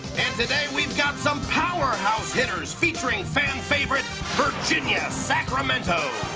and today we've got some powerhouse hitters, featuring fan favorite virginia sacramento.